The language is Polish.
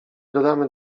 dodamy